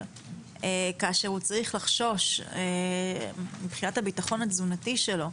כאשר הוא צריך לחשוש מבחינת הביטחון התזונתי שלו,